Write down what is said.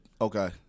Okay